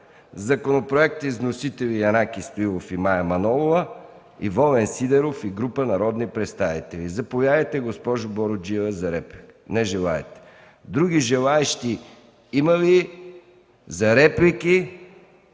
законопроекти с вносители Янаки Стоилов и Мая Манолова, Волен Сидеров и група народни представители. Заповядайте, госпожо Буруджиева, за реплика. Не желаете. Има ли други желаещи за реплики?